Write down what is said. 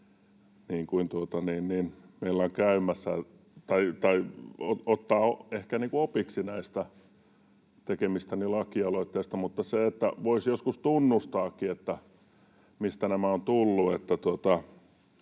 meillä on käymässä tai ottaa ehkä opiksi näistä tekemistäni lakialoitteista. Mutta se, että voisi joskus tunnustaakin, mistä nämä ovat tulleet.